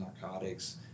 narcotics